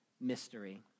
mystery